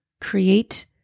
create